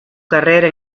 carrera